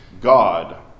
God